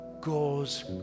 goes